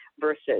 versus